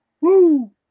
Woo